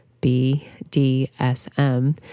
B-D-S-M